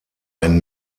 ein